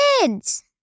kids